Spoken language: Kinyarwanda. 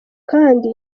kandi